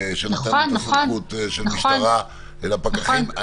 -- שנתנו את הסמכות של המשטרה לפקחים.